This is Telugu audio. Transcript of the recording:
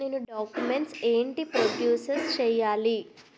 నేను డాక్యుమెంట్స్ ఏంటి ప్రొడ్యూస్ చెయ్యాలి?